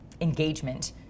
engagement